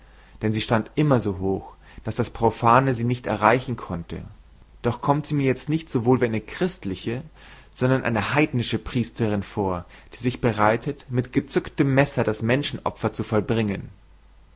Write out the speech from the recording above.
denn sie stand immer so hoch daß das profane sie nicht erreichen konnte doch kommt sie mir jetzt nicht sowohl wie eine christliche sondern wie eine heidnische priesterin vor die sich bereitet mit gezücktem messer das menschenopfer zu vollbringen